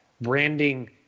branding